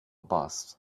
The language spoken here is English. bus